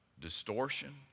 distortion